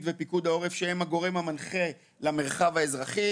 ופיקוד העורף שהם הגורם המנחה למרחב האזרחי.